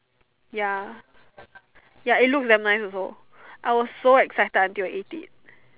ya ya it looks damn nice also I was so excited until I ate it